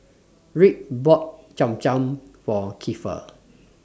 Rick bought Cham Cham For Keifer